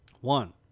One